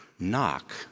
knock